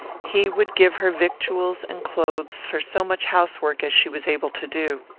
he would give her victuals and clothes for so much house-work as she was able to do.